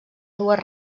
dues